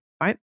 right